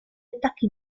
attacchi